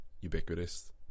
ubiquitous